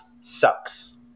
sucks